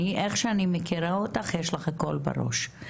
איך שאני מכירה אותך, יש לך הכול בראש.